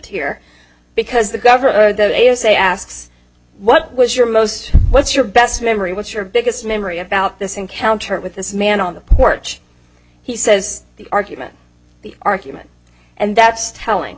here because the governor the mayor say asks what was your most what's your best memory what's your biggest memory about this encounter with this man on the porch he says the argument the argument and that's telling